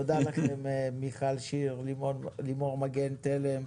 תודה לכם מיכל שיר, לימור מגן תלם,